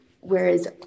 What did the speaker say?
Whereas